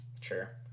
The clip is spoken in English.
Sure